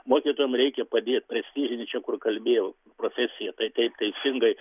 mokytojam reikia padėti prestižinė čia kur kalbėjau profesija tai taip teisingai